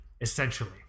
essentially